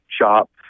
shop